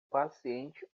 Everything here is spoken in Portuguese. paciente